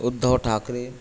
Uddhav Thackeray